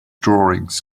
drawings